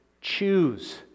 choose